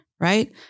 Right